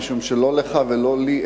משום שלא לך ולא לי,